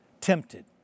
tempted